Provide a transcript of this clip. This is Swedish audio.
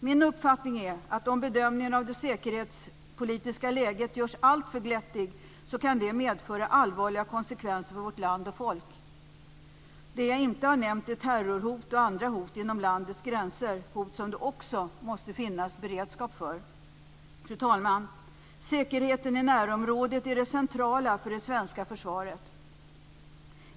Min uppfattning är att om bedömningen av det säkerhetspolitiska läget görs alltför glättig kan det medföra allvarliga konsekvenser för vårt land och folk. Det jag inte har nämnt är terrorhot och andra hot inom landets gränser - hot som det också måste finnas beredskap för. Fru talman! Säkerheten i närområdet är det centrala för det svenska försvaret.